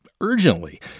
urgently